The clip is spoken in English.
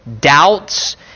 doubts